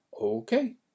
okay